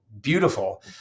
beautiful